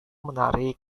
menarik